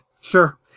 Sure